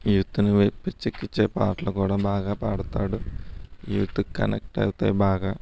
యూత్ని పిచ్చెక్కించే పాటలు పాడతాడు యూత్కి కనెక్ట్ అవుతాయి బాగా